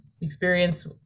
experience